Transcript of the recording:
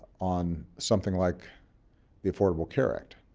on something like the affordable care act,